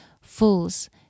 Fools